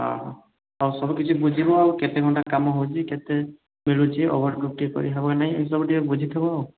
ହଁ ଆଉ ସବୁ କିଛି ବୁଝିବ ଆଉ କେତେ ଘଣ୍ଟା କାମ ହେଉଛି କେତେ ମିଳୁଛି ଓଭର ଡ୍ୟୁଟି କରି ହେବ କି ନାହିଁ ଏମିତି ସବୁ ଟିକିଏ ବୁଝିଥିବ ଆଉ